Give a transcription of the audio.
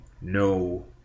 no